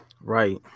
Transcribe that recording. Right